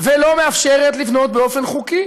ולא מאפשרת לבנות באופן חוקי,